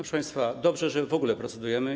państwa, dobrze, że w ogóle procedujemy.